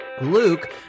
Luke